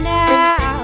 now